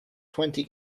twenty